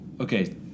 Okay